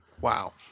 wow